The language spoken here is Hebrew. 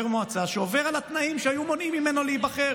מועצה שעובר על התנאים שהיו מונעים ממנו להיבחר,